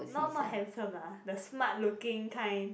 not not handsome lah the smart looking kind